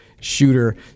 shooter